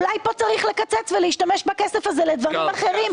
אולי צריך לקצץ פה ולהשתמש בכסף הזה לדברים אחרים,